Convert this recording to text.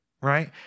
right